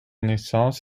naissance